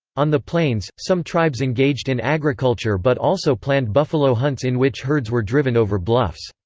on the plains, some tribes engaged in agriculture but also planned buffalo hunts in which herds were driven over bluffs.